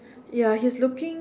ya he is looking